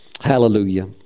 Hallelujah